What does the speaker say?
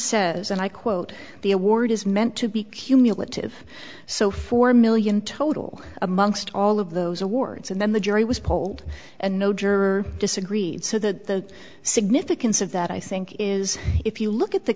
says and i quote the award is meant to be cumulative so four million total amongst all of those awards and then the jury was polled and no juror disagreed so the significance of that i think is if you look at the